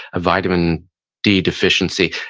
a vitamin d deficiency,